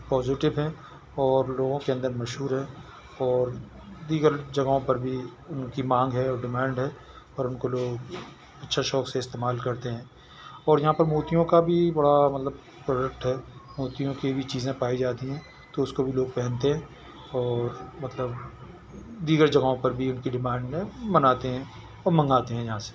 positive ہیں اور لوگوں کے اندر مشہور ہے اور دیگر جگہوں پر بھی ان کی مانگ ہے اور ڈیمانڈ ہے اور ان کو لوگ اچھا شوق سے استعمال کرتے ہیں اور یہاں پر موتیوں کا بھی بڑا مطلب پروڈکٹ ہے موتیوں کے بھی چیزیں پائی جاتی ہیں تو اس کو بھی لوگ پہنتے ہیں اور مطلب دیگر جگہوں پر بھی ان کی ڈمانڈ میں مناتے ہیں اور منگاتے ہیں یہاں سے